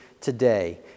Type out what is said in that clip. today